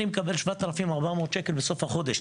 אני מקבל 7,400 שקל בסוף החודש,